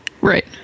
right